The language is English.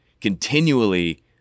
continually